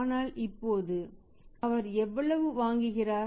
ஆனால் இப்போது அவர் எவ்வளவு வாங்குகிறார்